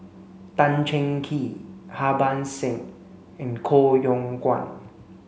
Tan Cheng Kee Harbans Singh and Koh Yong Guan